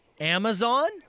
Amazon